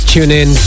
TuneIn